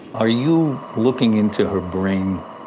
are you looking into her brain